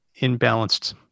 imbalanced